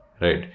right